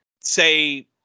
say